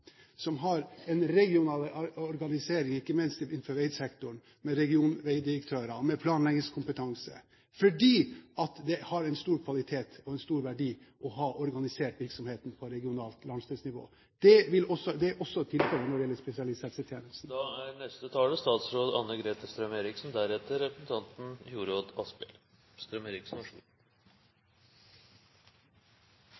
som har en regional organisering, ikke minst innenfor veisektoren, med regionveidirektører med planleggingskompetanse, fordi det har en stor kvalitet og en stor verdi å ha organisert virksomheten på regionalt landsdelsnivå. Det er også tilfellet når det gjelder spesialisthelsetjenesten. Dette er